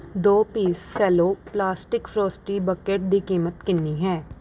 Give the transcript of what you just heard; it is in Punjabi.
ਦੋ piece Cello plastic frosty bucket ਦੀ ਕੀਮਤ ਕਿੰਨੀ ਹੈ